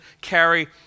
carry